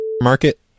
Market